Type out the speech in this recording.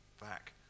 back